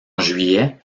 juillet